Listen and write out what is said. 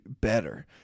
better